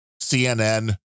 CNN